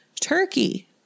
Turkey